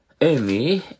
Amy